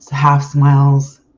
half smiles,